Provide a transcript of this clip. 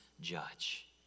judge